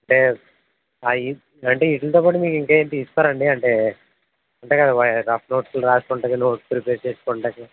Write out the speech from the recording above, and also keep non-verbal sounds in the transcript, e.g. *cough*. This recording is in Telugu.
అంటే *unintelligible* అంటే వీటిలితో పాటు ఇంకా ఏం తీసుకోరా అండి అంటే ఉంటాయి కదా *unintelligible* రఫ్ నోట్స్ రాసుకోవటానికి నోట్స్ ప్రిపేర్ చేసుకోవటానికి